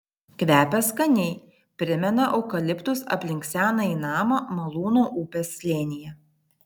kvepia skaniai primena eukaliptus aplink senąjį namą malūno upės slėnyje